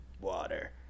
Water